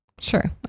Sure